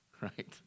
right